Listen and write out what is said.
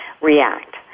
react